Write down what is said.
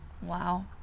Wow